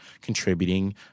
contributing